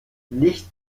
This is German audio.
licht